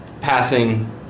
passing